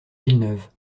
villeneuve